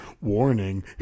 warning